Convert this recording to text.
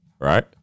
right